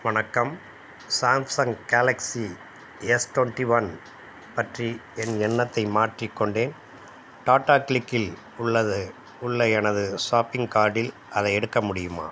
வணக்கம் Samsung Galaxy S twenty one பற்றி என் எண்ணத்தை மாற்றிக்கொண்டேன் டாடா க்ளிக்கில் உள்ளது உள்ள எனது ஷாப்பிங் கார்ட்டில் அதை எடுக்க முடியுமா